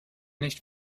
nicht